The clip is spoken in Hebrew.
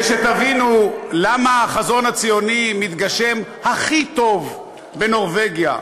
שתבינו למה החזון הציוני מתגשם הכי טוב בנורבגיה.